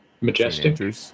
Majestic